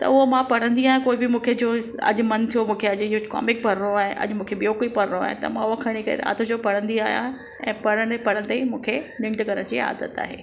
त उहो मां पढ़ंदी आहियां कोई बि मूंखे जो अॼु मनु थियो मूंखे अॼु इहो कॉमिक पढ़णो आहे अॼु मूंखे ॿियो कोई पढ़णो आहे त मां उहो खणी करे राति जो पढ़ंदी आहियां ऐं पढ़ंदे पढ़ंदे मूंखे निढ करण जी आदत आहे